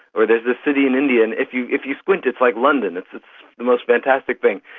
or there is this city in india and if you if you squint it's like london, it's the most fantastic thing.